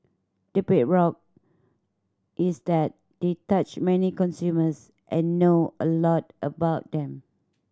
the bedrock is that they touch many consumers and know a lot about them